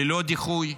ללא דיחוי,